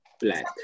Black